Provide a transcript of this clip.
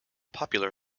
popular